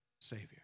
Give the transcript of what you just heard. Savior